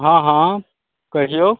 हँ हँ कहिऔ